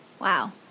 Wow